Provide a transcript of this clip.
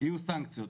יהיו סנקציות,